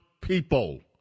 people